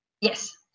Yes